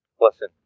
Listen